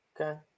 Okay